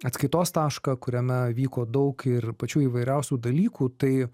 atskaitos tašką kuriame vyko daug ir pačių įvairiausių dalykų tai